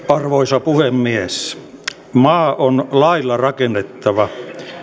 arvoisa puhemies maa on lailla rakennettava